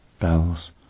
bells